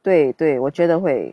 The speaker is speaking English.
对对我觉得会